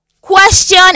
question